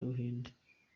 y’abahinde